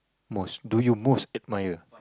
most do you most admire